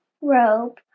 robe